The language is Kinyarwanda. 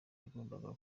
yagombaga